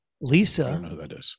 Lisa